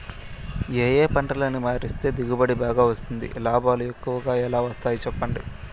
ఏ ఏ పంటలని మారిస్తే దిగుబడి బాగా వస్తుంది, లాభాలు ఎక్కువగా ఎలా వస్తాయి సెప్పండి